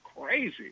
crazy